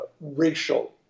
racial